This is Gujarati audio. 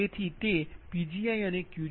તેથી તે Pgi Qgi